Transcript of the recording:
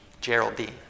Geraldine